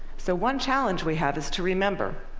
so one challenge we have is to remember,